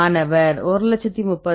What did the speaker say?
மாணவர் 1 30000